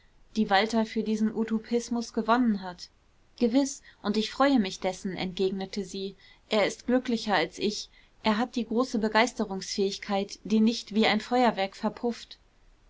die walter für diesen utopismus gewonnen hat gewiß und ich freue mich dessen entgegnete sie er ist glücklicher als ich er hat die große begeisterungsfähigkeit die nicht wie ein feuerwerk verpufft